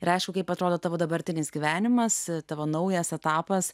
rečiau kaip atrodo tavo dabartinis gyvenimas tavo naujas etapas